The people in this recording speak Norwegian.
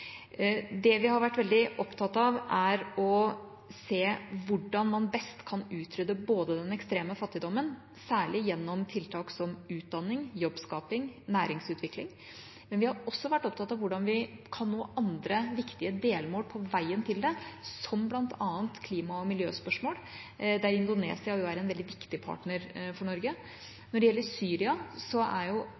Det vi har vært veldig opptatt av, er å se hvordan man best kan utrydde den ekstreme fattigdommen, særlig gjennom tiltak som utdanning, jobbskaping og næringsutvikling, men vi har også vært opptatt av hvordan vi kan nå andre viktige delmål på veien til det, bl.a. i klima- og miljøspørsmål, der Indonesia er en veldig viktig partner for Norge. Når det gjelder Syria,